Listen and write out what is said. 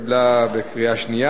התקבלה בקריאה שנייה